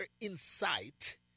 insight